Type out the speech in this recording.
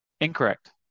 Incorrect